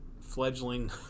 fledgling